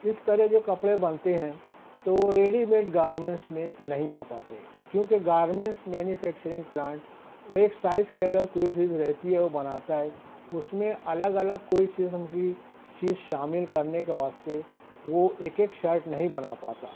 اس طرح جو کپڑے بنتے ہیں تو وہ ریڈیمیڈ گارمنٹس میں نہیں آ پاتے کیونکہ گارمنٹس مینوفکچرنگ پلانٹ وہ ایک سائز کی اگر کوئی چیز رہتی ہے وہ بناتا ہے اس میں الگ الگ کوئی چیز ان کی چیز شامل کرنے کے واسطے وہ ایک ایک شرٹ نہیں بنا پاتا